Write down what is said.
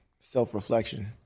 self-reflection